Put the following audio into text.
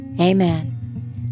Amen